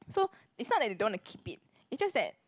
so it's not that they don't want to keep it's just that